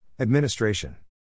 Administration